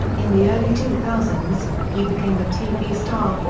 in the early two thousand he became a tv star,